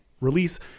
release